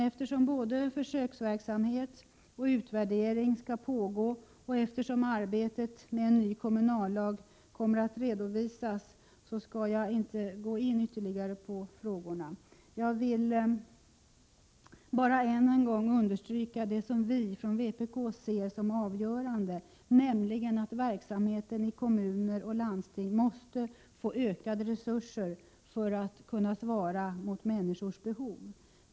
Eftersom både försöksverksamhet och utvärdering emellertid skall pågå och eftersom arbetet med en ny kommunallag kommer att redovisas, skall jag inte gå in ytterligare på frågorna. Jag vill bara än en gång understryka det som vi från vpk ser som avgörande, nämligen att verksamheten i kommuner och landsting måste få ökade resurser för att kunna svara mot människornas behov.